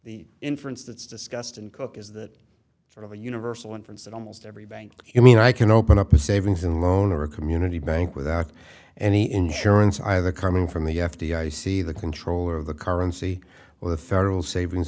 the inference that's discussed in cook is that sort of a universal inference that almost every bank i mean i can open up a savings and loan or a community bank without any insurance either coming from the f b i you see the controller of the currency well the federal savings